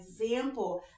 example